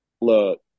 Look